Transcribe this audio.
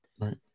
right